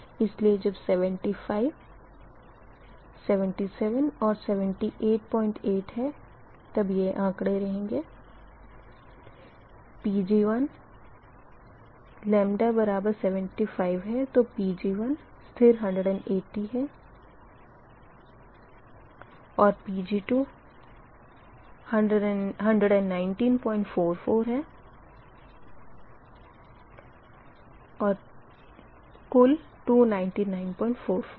इसीलिए जब 75 77 788 होंगे तब Pg1 स्थिर 180 180 180 होगा और फिर Pg2 19944 125 और 788 होंगे